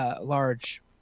large